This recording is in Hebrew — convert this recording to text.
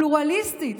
פלורליסטית,